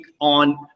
on